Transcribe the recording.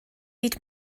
byd